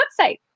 website